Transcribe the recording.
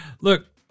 Look